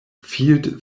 field